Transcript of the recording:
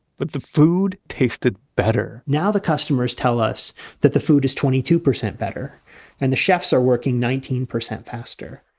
but the food tasted better now the customers tell us that the food is twenty two percent better and the chefs are working nineteen percent faster.